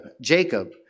Jacob